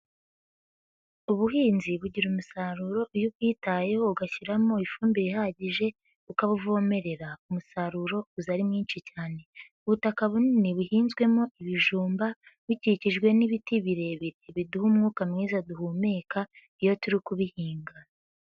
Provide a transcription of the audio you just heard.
Ubuhinzi bugira umusaruro iyo ubwitayeho ugashyiramo ifumbire ihagije ukabuvomerera, umusaruro uza ari mwinshi cyane. Ubutaka bunini buhinzwemo ibijumba bikikijwe n'ibiti birebire biduha umwuka mwiza duhumeka iyo turi kubihinga.